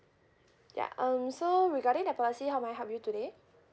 ya um so regarding the policy how may I help you today